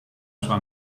sua